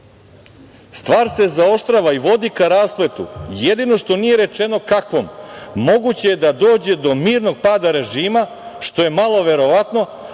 stvar se zaoštrava i vodi ka raspletu, jedino što nije rečeno kakvom, moguće je da dođe do mirnog pada režima, što je malo verovatno,